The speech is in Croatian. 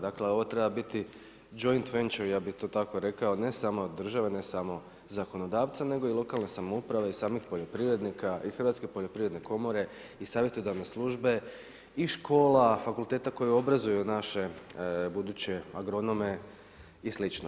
Dakle, ovo treba biti … [[Govornik se ne razumije]] ja bih to tako rekao ne samo države, ne samo zakonodavca, nego i lokalne samouprave i samih poljoprivrednika i Hrvatske poljoprivredne komore, i savjetodavne službe, i škola, fakulteta koji obrazuju naše buduće agronome i sl.